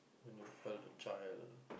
when you felt a child